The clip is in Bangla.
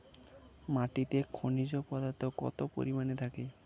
মাটিতে খনিজ পদার্থ কত পরিমাণে থাকে?